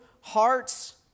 hearts